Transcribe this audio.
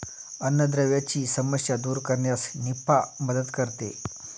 अन्नद्रव्यांची समस्या दूर करण्यास निफा मदत करते